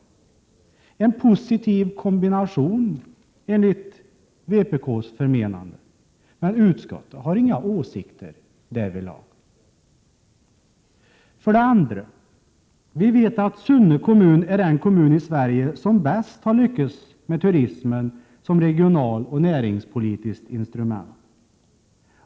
Det är en positiv kombination enligt vpk:s förmenande. Men utskottet har inga åsikter därvidlag. För det andra vet vi att Sunne kommun är den kommun i Sverige som bäst har lyckats med turismen såsom regionalt och näringspolitiskt instrument.